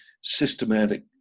systematic